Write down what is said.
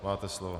Máte slovo.